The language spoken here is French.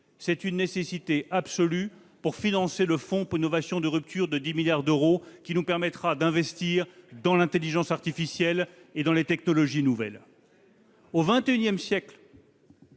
est une nécessité absolue pour financer le fonds pour l'innovation de rupture de dix milliards d'euros, qui nous permettra d'investir dans l'intelligence artificielle et dans les technologies nouvelles. Au XXI siècle,